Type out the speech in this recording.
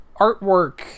Artwork